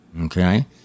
Okay